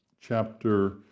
chapter